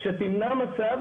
שתמנע מצב